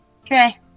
Okay